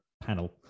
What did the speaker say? panel